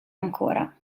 ancora